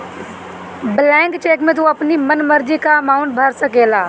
blank cheque में तू अपनी मन मर्जी कअ अमाउंट भर सकेला